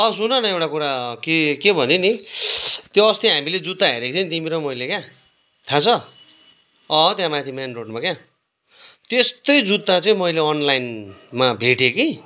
औ सुन न एउटा कुरा कि के भने नि त्यो अस्ति हामीले जुत्ता हेरेको थियो नि तिमी र मैले क्या थाहा छ अँ त्यहाँमाथि मेन रोडमा क्या त्यस्तै जुत्ता चाहिँ मेले अनलाइनमा भेटेँ कि